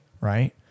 right